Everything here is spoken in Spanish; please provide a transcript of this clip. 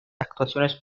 actuaciones